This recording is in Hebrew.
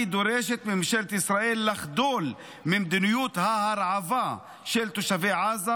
"אני דורשת מממשלת ישראל לחדול ממדיניות ההרעבה של תושבי עזה.